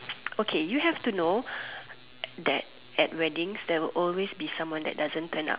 okay you have to know that at weddings there will always be someone that doesn't turn up